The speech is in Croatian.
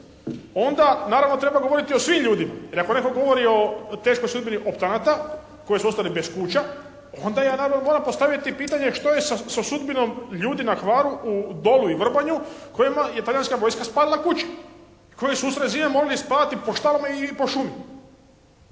onda naravno treba govoriti o svim ljudima jer ako netko govori o teškoj sudbini optanata koji su ostali bez kuća onda ja naravno moram postaviti pitanje što je sudbinom ljudi na Hvaru u Dolu i Vrbanju kojima je talijanska vojska spalila kuće i koji su usred zime morali spavati po štalama i po šumi.